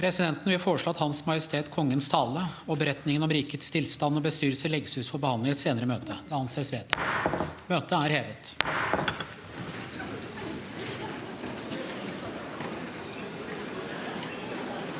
Presidenten vil foreslå at Hans Majestet Kongens tale og beretningen om rikets tilstand og bestyrelse legges ut for behandling i et senere møte. – Det anses vedtatt. Møtet hevet